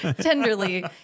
Tenderly